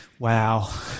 Wow